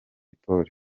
polly